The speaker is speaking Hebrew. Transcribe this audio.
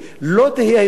לא תהיה הידברות